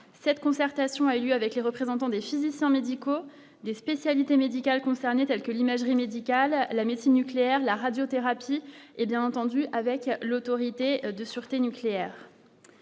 cette concertation a eu avec les représentants des physiciens médicaux des spécialités médicales concernées telles que l'imagerie médicale, la médecine nucléaire, la radiothérapie et bien entendu avec l'Autorité de sûreté nucléaire.